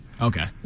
Okay